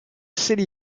city